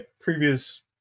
previous